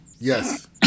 Yes